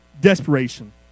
desperation